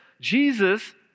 Jesus